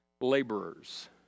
laborers